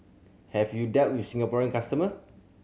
have you dealt with the Singaporean customer